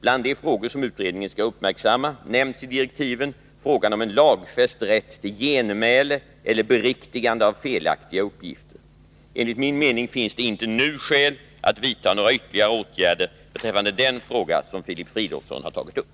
Bland de frågor som utredningen skall uppmärksamma nämns i direktiven frågan om en lagfäst rätt till genmäle eller beriktigande av felaktiga uppgifter. Enligt min mening finns det inte nu skäl för att vidta några ytterligare åtgärder beträffande den fråga som Filip Fridolfsson har tagit upp.